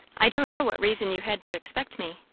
i don't know what reason you had to expect me!